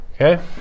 Okay